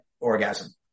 orgasm